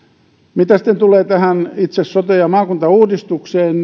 mitä sitten tulee tähän itse sote ja maakuntauudistukseen